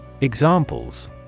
Examples